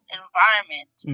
environment